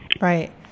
Right